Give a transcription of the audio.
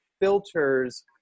filters